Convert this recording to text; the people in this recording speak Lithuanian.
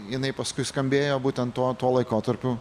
jinai paskui skambėjo būtent tuo tuo laikotarpiu